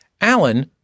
Alan